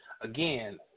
again